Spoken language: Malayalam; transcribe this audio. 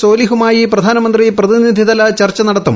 സോലിഹുമായി പ്രധാനമന്ത്രി പ്രതിനിധിതല ചർച്ച നടത്തും